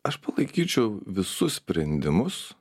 aš palaikyčiau visus sprendimus